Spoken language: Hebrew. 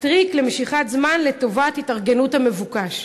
טריק למשיכת זמן לטובת התארגנות המבוקש.